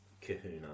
Kahuna